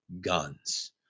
guns